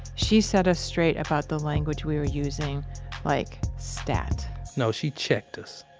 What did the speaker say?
she set us straight about the language we were using like stat no, she checked us